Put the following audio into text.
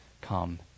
come